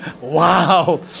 Wow